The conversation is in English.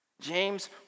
James